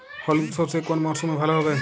হলুদ সর্ষে কোন মরশুমে ভালো হবে?